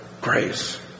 grace